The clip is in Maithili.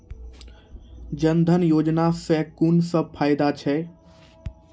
जनधन योजना सॅ कून सब फायदा छै?